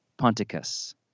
Ponticus